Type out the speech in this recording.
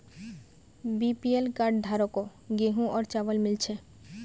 BPL card धारकों गेहूं और चावल मिल छे